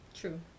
True